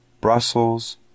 Brussels